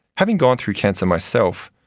having gone through cancer myself,